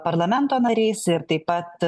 parlamento nariais ir taip pat